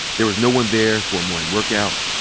there was no one there for morning workout,